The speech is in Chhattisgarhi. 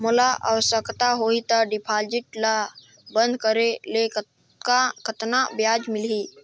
मोला आवश्यकता होही त डिपॉजिट ल बंद करे ले कतना ब्याज मिलही?